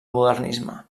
modernisme